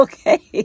Okay